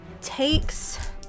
takes